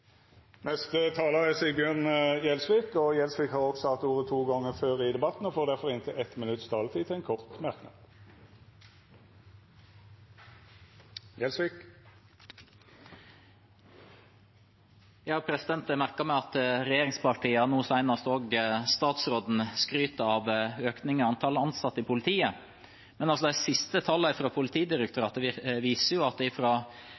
Sigbjørn Gjelsvik har hatt ordet to gonger tidlegare og får ordet til ein kort merknad, avgrensa til 1 minutt. Jeg merker meg at regjeringspartiene, og nå også statsråden, skryter av økningen i antall ansatte i politiet. Men de siste tallene fra Politidirektoratet viser jo at det